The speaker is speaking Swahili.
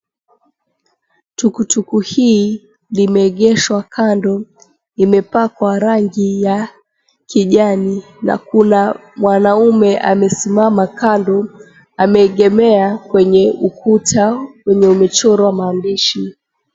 Tukutuku hii limeegeshwa kando limepakwa rangi ya kijani na kuna mwanaume amesimama kando ameegemea kwenye ukuta 𝑤𝑒𝑛𝑦𝑒 umechorwa maandishi.